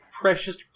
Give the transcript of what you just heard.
precious